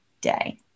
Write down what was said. day